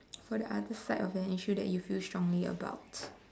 for the other side of an issue that you feel strongly about